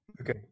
Okay